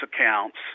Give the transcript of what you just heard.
accounts